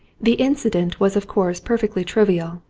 the incident was of course perfectly triv ial,